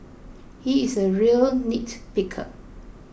he is a real nitpicker